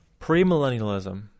Premillennialism